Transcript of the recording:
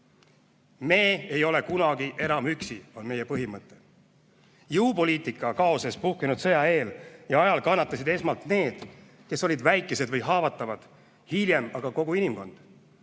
Me ei ole kunagi enam üksi, on meie põhimõte. Jõupoliitika kaoses puhkenud sõja eel ja ajal kannatasid esmalt need, kes olid väikesed või haavatavad, hiljem aga kogu inimkond.